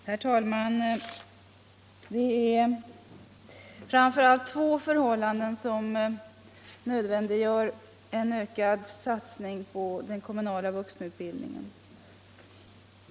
Herr talman! Det är framför allt två förhållanden som nödvändiggör en ökad satsning på den kommunala vuxenutbildningen.